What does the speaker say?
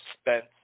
Spence